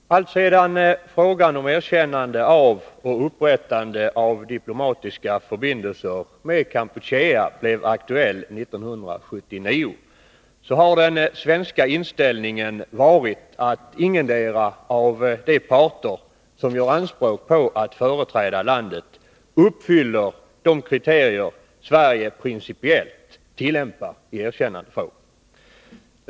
Herr talman! Alltsedan frågan om erkännande av och upprättande av diplomatiska förbindelser med Kampuchea blev aktuell 1979, har den svenska inställningen varit att ingendera av de parter som gör anspråk på att företräda landet uppfyller de kriterier som Sverige principiellt tillämpar i erkännandefrågor.